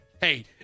Hey